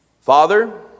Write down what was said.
Father